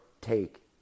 take